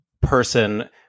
person